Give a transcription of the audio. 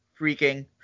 freaking